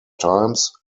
times